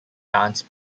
dance